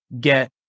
Get